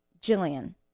Jillian